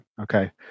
okay